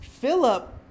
Philip